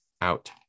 out